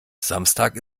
samstag